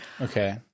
Okay